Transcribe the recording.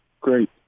great